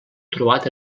trobat